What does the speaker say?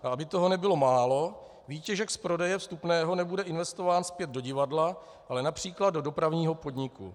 A aby toho nebylo málo, výtěžek z prodeje vstupného nebude investován zpět do divadla, ale například do dopravního podniku.